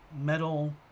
metal